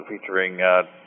featuring